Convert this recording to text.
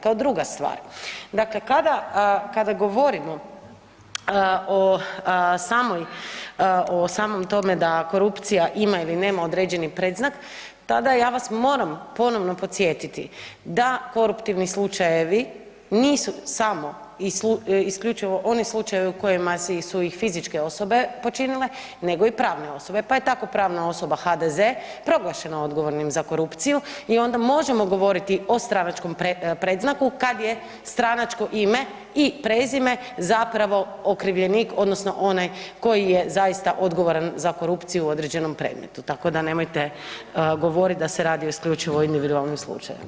Kao druga stvar, dakle kada govorimo o samom tome da korupcija ima ili nema određeni predznak, tada ja vas moram ponovno podsjetiti da koruptivni slučajevi nisu samo isključivo oni slučajevi u kojima su ih i fizičke osobe počinile nego i pravne osobe pa je tako pravna osoba HDZ proglašena odgovornim za korupciju i onda možemo govoriti o stranačkom predznaku kad je stranačko ime i prezime zapravo okrivljenik odnosno onaj koji je zaista odgovoran za korupciju u određenom predmetu, tako da nemojte govoriti da se radi o isključivo o individualnim slučajevima.